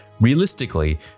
realistically